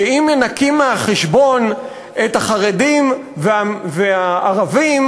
שאם מנכים מהחשבון את החרדים ואת הערבים